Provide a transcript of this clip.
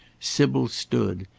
sybil stood,